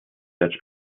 such